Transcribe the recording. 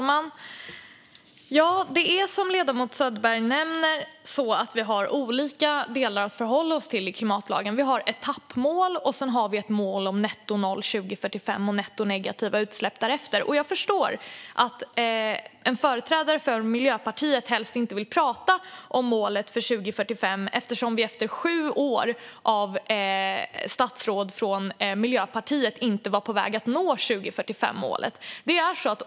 Fru talman! Som ledamoten Söderberg nämner har vi olika delar att förhålla oss till i klimatlagen. Vi har etappmål, och sedan har vi ett mål om nettonoll 2045 och nettonegativa utsläpp därefter. Jag förstår att en företrädare för Miljöpartiet helst inte vill prata om målet 2045 eftersom vi efter sju år med statsråd från Miljöpartiet inte var på väg att nå 2045-målet.